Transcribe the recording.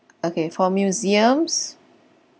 okay for museums